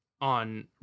on